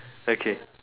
okay